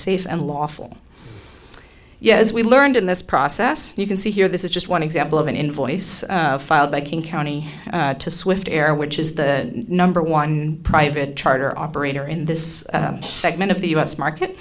safe and lawful yet as we learned in this process you can see here this is just one example of an invoice filed by king county to swift air which is the number one private charter operator in this segment of the u s market